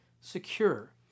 secure